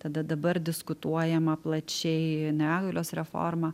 tada dabar diskutuojama plačiai negalios reforma